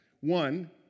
One